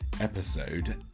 Episode